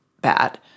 bad